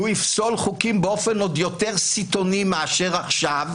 הוא יפסול חוקים באופן עוד יותר סיטוני מאשר עכשיו.